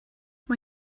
mae